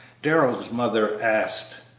darrell's mother asked,